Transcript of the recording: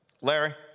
Larry